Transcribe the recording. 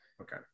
okay